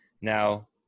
Now